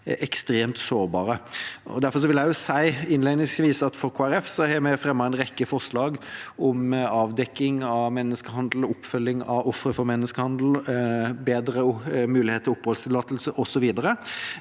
ekstremt sårbare. Derfor vil jeg også si at Kristelig Folkeparti har fremmet en rekke forslag om avdekking av menneskehandel og oppfølging av ofre for menneskehandel, om bedre mulighet til oppholdstillatelse osv.